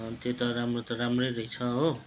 त्यो त राम्रो त राम्रै रहेछ हो